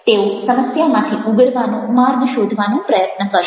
તેઓ સમસ્યામાંથી ઉગરવાનો માર્ગ શોધવાનો પ્રયત્ન કરશે